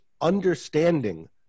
understanding